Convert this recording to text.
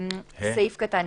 (ה)